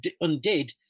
undid